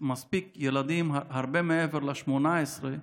מספיק ילדים, הרבה מעבר ל-18,